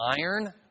iron